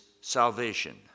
salvation